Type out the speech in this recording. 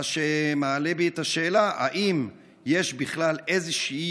מה שמעלה בי את השאלה: האם יש בכלל איזושהי